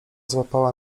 złapała